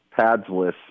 padsless